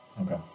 Okay